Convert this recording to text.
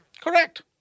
Correct